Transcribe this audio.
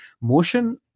motion